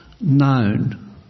known